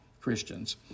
Christians